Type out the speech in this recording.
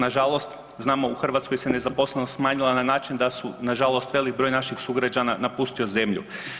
Na žalost znamo u Hrvatskoj se nezaposlenost smanjila na način da su na žalost veliki broj naših sugrađana napustio zemlju.